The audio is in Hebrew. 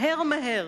מהר מהר,